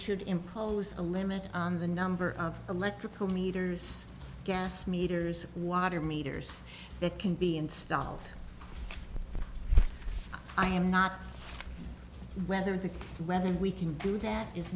should impose a limit on the number of electrical meters gas meters water meters that can be installed i am not whether the whether we can do that is